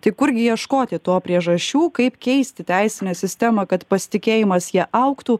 tik kurgi ieškoti to priežasčių kaip keisti teisinę sistemą kad pasitikėjimas ja augtų